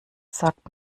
sagt